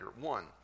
One